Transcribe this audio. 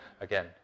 again